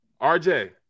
RJ